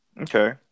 Okay